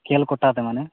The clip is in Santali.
ᱠᱷᱮᱞ ᱠᱚᱴᱟ ᱛᱮ ᱢᱟᱱᱮ